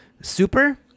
super